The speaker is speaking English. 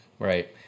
Right